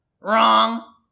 wrong